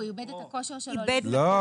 הוא איבד את הכושר שלו --- לא.